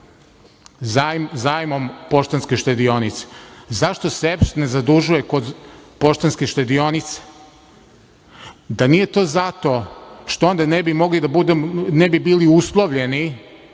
zajmom Poštanske štedionice? Zašto se EPS ne zadužuje kod Poštanske štedionice? Da nije to zato što onda ne bi bili uslovljeni